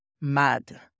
MAD